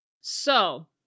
So-